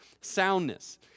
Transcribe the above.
soundness